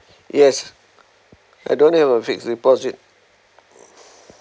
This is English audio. yes I don't have a fixed deposit